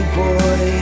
boy